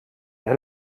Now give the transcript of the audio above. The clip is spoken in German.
der